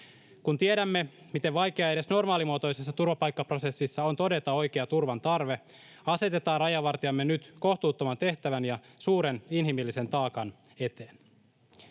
Kun tiedämme, miten vaikea edes normaalimuotoisessa turvapaikkaprosessissa on todeta oikea turvan tarve, asetetaan rajavartijamme nyt kohtuuttoman tehtävän ja suuren inhimillisen taakan eteen.